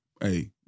Hey